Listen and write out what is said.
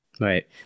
Right